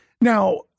Now